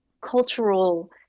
cultural